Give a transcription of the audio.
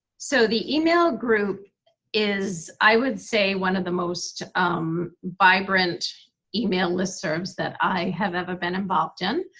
so, the email group is i would say one of the most um vibrant email listservs that i have ever been involved in.